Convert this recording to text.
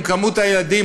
עם כמות הילדים,